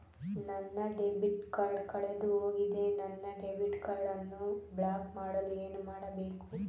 ನನ್ನ debit card ಕಳೆದುಹೋಗಿದೆ ನನ್ನ ಡೆಬಿಟ್ ಕಾರ್ಡ್ ಅನ್ನು ಬ್ಲಾಕ್ ಮಾಡಲು ಏನು ಮಾಡಬೇಕು?